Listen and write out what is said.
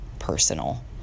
personal